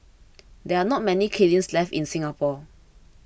there are not many kilns left in Singapore